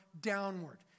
downward